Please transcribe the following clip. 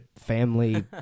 family